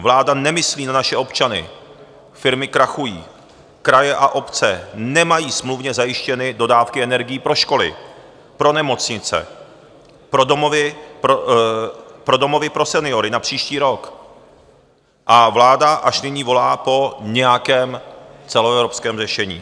Vláda nemyslí na naše občany, firmy krachují, kraje a obce nemají smluvně zajištěny dodávky energií pro školy, pro nemocnice, pro domovy pro seniory na příští rok a vláda až nyní volá po nějakém celoevropském řešení.